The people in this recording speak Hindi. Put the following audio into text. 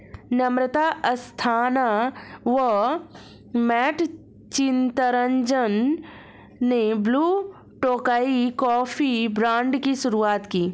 नम्रता अस्थाना व मैट चितरंजन ने ब्लू टोकाई कॉफी ब्रांड की शुरुआत की